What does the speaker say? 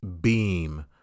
beam